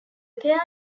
pair